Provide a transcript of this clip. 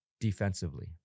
defensively